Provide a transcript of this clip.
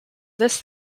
this